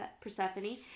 Persephone